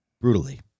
brutally